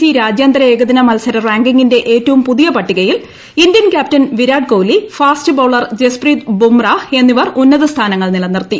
C രാജ്യാന്തര ഏകദിന മത്സരം റാങ്കിംഗിന്റെ ഏറ്റവും പുതിയ പട്ടികയിൽ Indian captain Virat Kohli fast bowler Jasprit Bumrah എന്നിവർ ഉന്നത സ്ഥാനങ്ങൾ നിലനിർത്തി